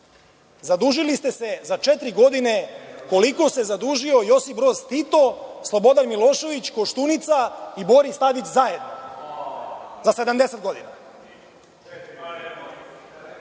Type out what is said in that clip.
Zadužili ste se za četiri godine koliko se zadužio Josip Broz Tito, Slobodan Milošević, Koštunica i Boris Tadić zajedno, za 70 godina.